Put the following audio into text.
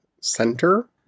center